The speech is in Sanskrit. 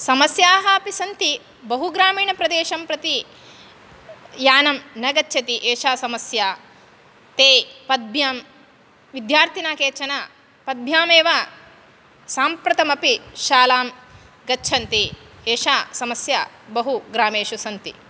समस्याः अपि सन्ति बहु ग्रामीणप्रदेशं प्रति यानं न गच्छति एषा समस्या ते पद्भ्यां विद्यार्थिनः केचन पद्भ्यामेव साम्प्रतम् अपि शालां गच्छन्ति तेषां समस्या बहु ग्रामेषु सन्ति